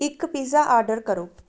ਇੱਕ pizza order ਕਰੋ